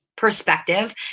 Perspective